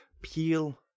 peel